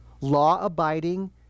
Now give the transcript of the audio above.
law-abiding